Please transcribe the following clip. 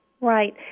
Right